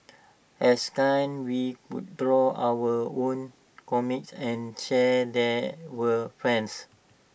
as we would draw our own comics and share they with friends